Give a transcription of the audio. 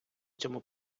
цьому